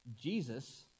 Jesus